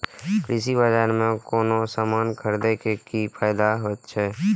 कृषि बाजार में कोनो सामान खरीदे के कि फायदा होयत छै?